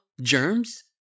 Germs